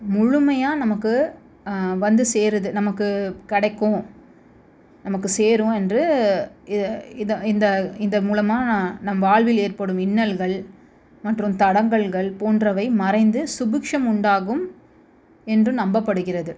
முழுமையாக நமக்கு வந்து சேருது நமக்கு கிடைக்கும் நமக்கு சேரும் என்று இதை இந்த இந்த மூலமாக நான் நம் வாழ்வில் ஏற்படும் இன்னல்கள் மற்றும் தடங்கல்கள் போன்றவை மறைந்து சுபிக்ஷம் உண்டாகும் என்று நம்பப்படுகிறது